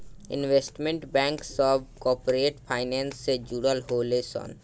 investment bank सभ corporate finance से जुड़ल होले सन